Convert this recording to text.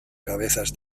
cabezas